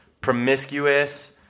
Promiscuous